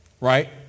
Right